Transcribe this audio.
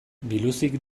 biluzik